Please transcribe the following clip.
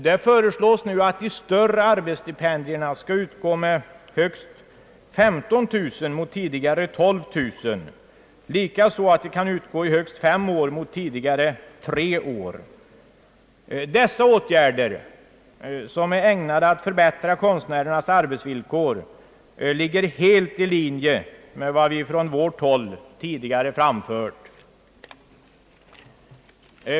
Det föreslås nu att de stora arbetssti pendierna skall kunna utgå med högst 15 000 mot tidigare 12 000 kronor samt att de kan utgå i högst fem år mot tidigare tre år. Dessa åtgärder — som är ägnade att förbättra konstnärernas arbetsvillkor — ligger helt i linje med vad vi tidigare framfört.